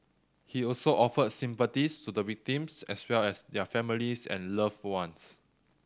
he also offered sympathies to the victims as well as their families and loved ones